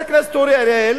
חבר הכנסת אורי אריאל